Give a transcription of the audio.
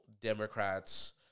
Democrats